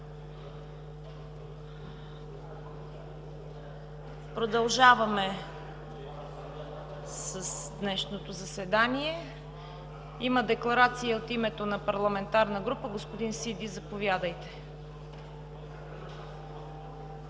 Продължаваме днешното заседание. Има декларация от парламентарна група. Господин Сиди, заповядайте.